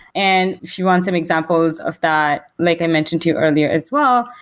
and if you want some examples of that, like i mentioned to you earlier as well,